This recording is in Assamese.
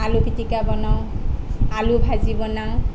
আলু পিটিকা বনাওঁ আলু ভাজি বনাওঁ